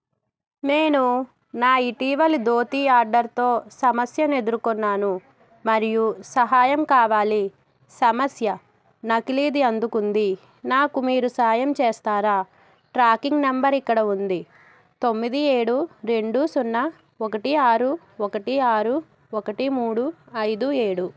నేను నా ఇటీవలి ధోతి ఆర్డర్తో సమస్యని ఎదురుకొన్నాను మరియు సహాయం కావాలి సమస్య నకిలీది అందుకుంది నాకు మీరు సహాయం చేస్తారా ట్రాకింగ్ నెంబర్ ఇక్కడ ఉంది తొమ్మిది ఏడు రెండు సున్నా ఒకటి ఆరు ఒకటి ఆరు ఒకటి మూడు ఐదు ఏడు